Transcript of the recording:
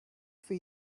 for